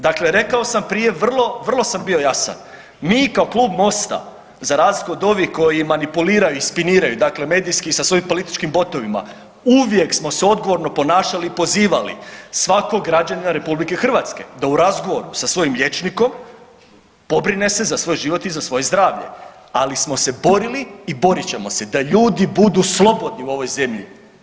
Dakle, rekao sam prije vrlo, vrlo sam bio jasan, mi kao Klub MOST-a za razliku od ovih koji manipuliraju i spaniraju dakle medijski sa svojim političkim botovima uvijek smo se odgovorno ponašali i pozivali svakog građanina RH da u razgovoru sa svojim liječnikom pobrine se za svoj život i svoje zdravlje, ali smo se borili i borit će da ljudi budu slobodni u ovoj zemlji.